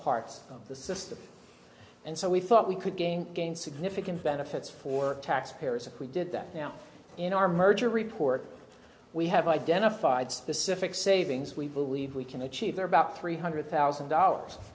parts of the system and so we thought we could gain again significant benefits for taxpayers if we did that now in our merger report we have identified specific savings we believe we can achieve there about three hundred thousand dollars